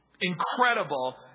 incredible